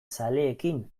zaleekin